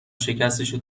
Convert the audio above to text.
شکستشو